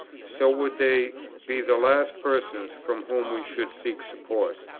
so would they be the last persons from whom we should seek support.